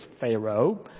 Pharaoh